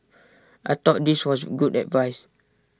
I thought this was good advice